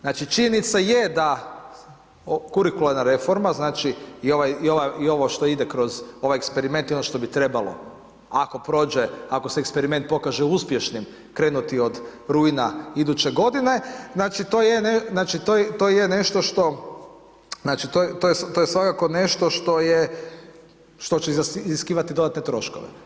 Znači, činjenica je da kurikularna reforma znači i ovo što ide kroz ovaj eksperiment i ono što bi trebalo ako prođe ako se eksperiment pokaže uspješnim krenuti od rujna iduće godine znači to je nešto što, to je svakako nešto što će iziskivati dodatne troškove.